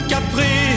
Capri